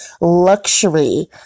luxury